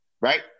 right